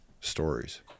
stories